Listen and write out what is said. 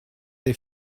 they